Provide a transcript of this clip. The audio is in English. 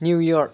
New York